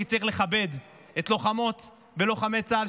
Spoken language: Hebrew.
כי צריך לכבד את לוחמות ולוחמי צה"ל,